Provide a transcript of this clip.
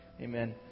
amen